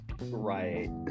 Right